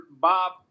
Bob